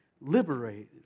liberated